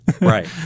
right